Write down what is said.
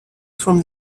from